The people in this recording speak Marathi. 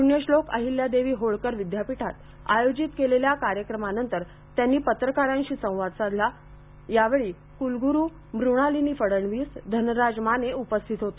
पूण्यश्लोक अहिल्यादेवी होळकर विद्यापीठात आयोजित केलेल्या कार्यक्रमा नंतर त्यांनी पत्रकारांशी संवाद साधला यावेळी क्लग्रु मृणालीनी फडणवीस धनराज माने उपस्थित होते